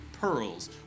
pearls